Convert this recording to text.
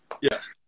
Yes